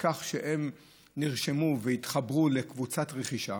בכך שהם נרשמו והתחברו לקבוצת רכישה,